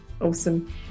awesome